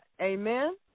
Amen